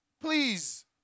Please